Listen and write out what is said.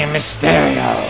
Mysterio